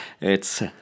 It's